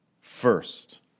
first